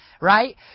Right